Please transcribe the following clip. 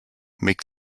make